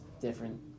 different